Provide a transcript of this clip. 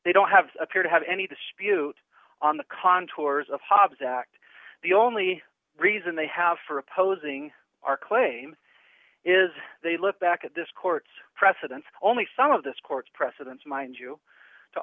they don't have appear to have any dispute on the contours of hobbs act the only reason they have for opposing our claim is they look back at this court's precedents only some of this court's precedents mind you to